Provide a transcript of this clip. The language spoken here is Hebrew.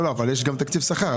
אבל יש גם תקציב שכר.